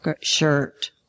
shirt